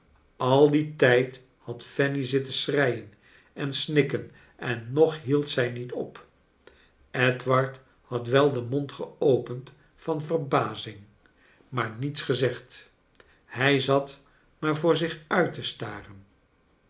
al dien tijd had fanny zitten schreien en snikken en nog hield zij niet op edward had wel den mond geopend van verbazing maar niets gezegd hij zat maar voor zich uit te staren